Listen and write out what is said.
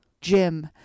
Jim